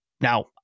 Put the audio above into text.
Now